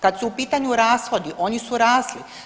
Kada su u pitanju rashodi, oni su rasli.